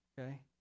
okay